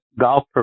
golf